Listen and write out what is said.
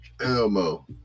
elmo